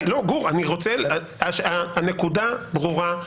הנקודה ברורה.